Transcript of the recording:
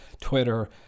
Twitter